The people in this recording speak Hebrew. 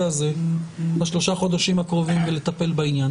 הזה בשלושה החודשים הקרובים ולטפל בעניין.